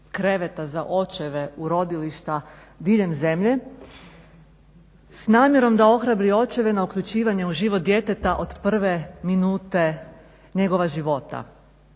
kreveta za očeve u rodilišta diljem zemlje s namjerom da ohrabri očeve na uključivanje u život djeteta od prve minute njegova života.